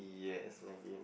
yes maggie mee